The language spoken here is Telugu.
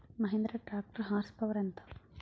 మహీంద్రా ట్రాక్టర్ హార్స్ పవర్ ఎంత?